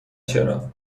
چرا